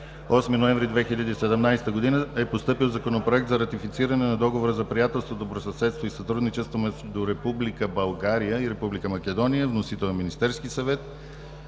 8 ноември 2017 г. е постъпил Законопроект за ратифициране на Договора за приятелство, добросъседство и сътрудничество между Република България и Република Македония. Вносител е Министерският съвет.